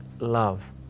Love